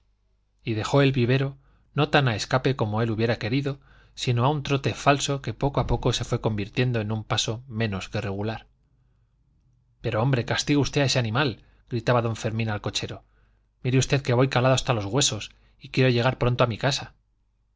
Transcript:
y dejó el vivero no tan a escape como él hubiera querido sino a un trote falso que poco a poco se fue convirtiendo en un paso menos que regular pero hombre castigue usted a ese animal gritaba don fermín al cochero mire usted que voy calado hasta los huesos y quiero llegar pronto a mi casa